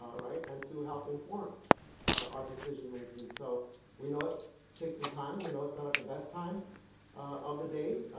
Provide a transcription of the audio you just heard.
um right? and to help inform our decision-making. so we know it takes some time, we know it's not the best time of the day,